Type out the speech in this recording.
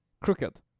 crooked